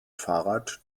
fahrrad